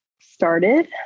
started